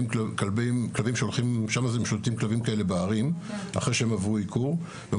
יש כלבים משוטטים בערים אחרי שעברו עיקור והם